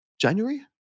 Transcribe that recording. January